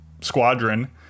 squadron